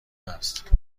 است